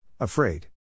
Afraid